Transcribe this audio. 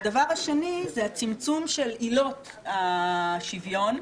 הדבר השני הוא צמצום עילות השוויון.